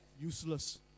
useless